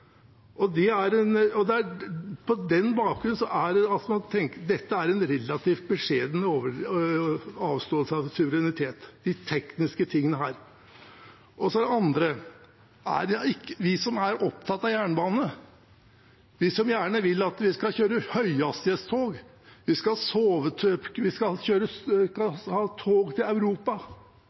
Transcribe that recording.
Det er på den bakgrunn, med disse tekniske tingene, at man tenker at dette er en relativt beskjeden avståelse av suverenitet. Og for det andre: For oss som er opptatt av jernbane, vi som gjerne vil at vi skal kjøre høyhastighetstog, at vi skal ha tog til Europa – er det ikke enormt fordelaktig om Europa